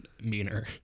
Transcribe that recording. meaner